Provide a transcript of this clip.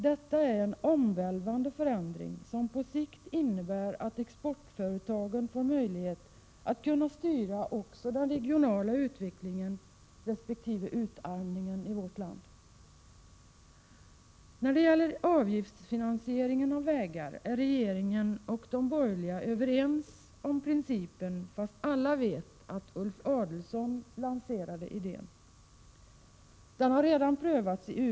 Detta är en omvälvande förändring som på sikt innebär att exportföretagen får möjlighet att styra också den regionala utvecklingen resp. utarmningen i vårt land. När det gäller avgiftsfinansieringen av vägar är regeringen och de borgerliga partierna överens om principen, trots att alla vet att Ulf Adelsohn = Prot. 1987/88:123 lanserade idén. Den har redan prövats i USA.